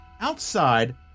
Outside